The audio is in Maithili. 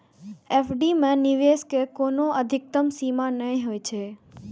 एफ.डी मे निवेश के कोनो अधिकतम सीमा नै होइ छै